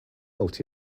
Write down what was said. out